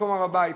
מקום הר-הבית,